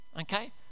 Okay